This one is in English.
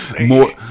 more